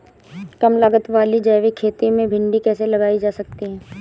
कम लागत वाली जैविक खेती में भिंडी कैसे लगाई जा सकती है?